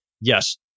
yes